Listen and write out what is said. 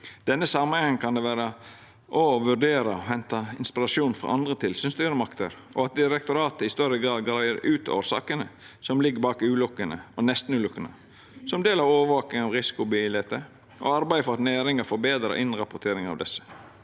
denne samanhengen kan det òg vera å vurdera å henta inspirasjon frå andre tilsynsstyremakter, og at direktoratet i større grad greier ut årsakene som ligg bak ulukkene og nestenulukkene, som ein del av overvakinga av risikobiletet og arbeidet for at næringa forbetrar innrapporteringa av desse,